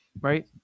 Right